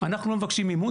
אנחנו לא מבקשים מימון.